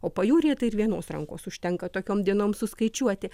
o pajūryje tai ir vienos rankos užtenka tokiom dienom suskaičiuoti